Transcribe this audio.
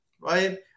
right